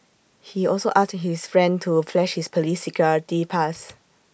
he also asked his friend to flash his Police security pass